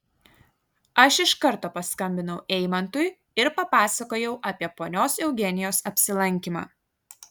aš iš karto paskambinau eimantui ir papasakojau apie ponios eugenijos apsilankymą